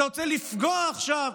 אתה רוצה לפגוע עכשיו,